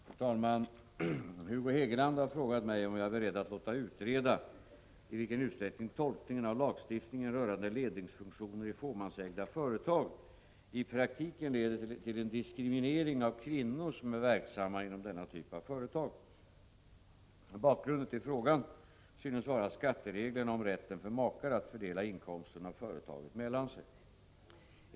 Fru talman! Hugo Hegeland har frågat mig om jag är beredd att låta utreda i vilken utsträckning tolkningen av lagstiftningen rörande ledningsfunktioner i fåmansägda företag i praktiken leder till en diskriminering av kvinnor som är verksamma inom denna typ av företag. Bakgrunden till frågan synes vara skattereglerna om rätten för makar att fördela inkomsten av företaget mellan sig.